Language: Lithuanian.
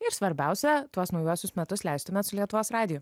ir svarbiausia tuos naujuosius metus leistumėt su lietuvos radiju